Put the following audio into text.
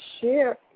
share